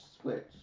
switch